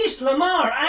Lamar